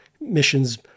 missions